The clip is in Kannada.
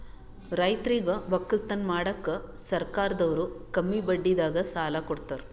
ರೈತರಿಗ್ ವಕ್ಕಲತನ್ ಮಾಡಕ್ಕ್ ಸರ್ಕಾರದವ್ರು ಕಮ್ಮಿ ಬಡ್ಡಿದಾಗ ಸಾಲಾ ಕೊಡ್ತಾರ್